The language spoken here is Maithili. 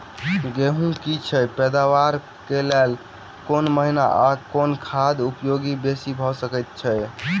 गेंहूँ की अछि पैदावार केँ लेल केँ महीना आ केँ खाद उपयोगी बेसी भऽ सकैत अछि?